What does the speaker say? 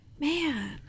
man